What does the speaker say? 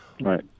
Right